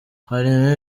harimo